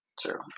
True